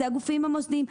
זה הגופים המוסדיים.